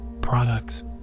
products